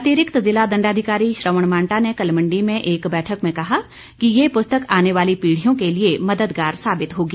अतिरिक्त जिला दंडाधिकारी श्रवण मांटा ने कल मंडी में एक बैठक में कहा कि ये पुस्तक आने वाली पीढ़ियों के लिए मददगार साबित होगी